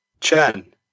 Chen